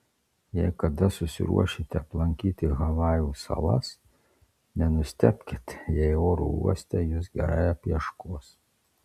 jei kada susiruošite aplankyti havajų salas nenustebkite jei oro uoste jus gerai apieškos